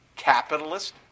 capitalist